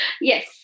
Yes